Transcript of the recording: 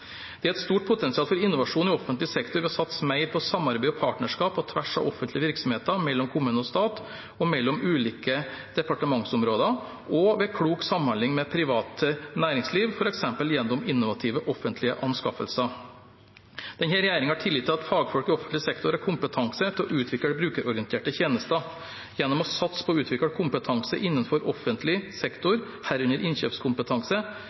Det er et stort potensial for innovasjon i offentlig sektor ved å satse mer på samarbeid og partnerskap på tvers av offentlige virksomheter, mellom kommune og stat, mellom ulike departementsområder og ved klok samhandling med privat næringsliv, f.eks. gjennom innovative offentlige anskaffelser. Denne regjeringen har tillit til at fagfolk i offentlig sektor har kompetanse til å utvikle brukerorienterte tjenester. Gjennom å satse på å utvikle kompetanse innenfor offentlig sektor, herunder innkjøpskompetanse,